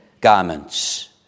garments